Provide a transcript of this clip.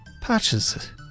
Patches